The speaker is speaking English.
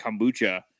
kombucha